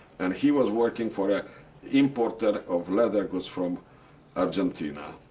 and he was working for a importer of leather goods from argentina.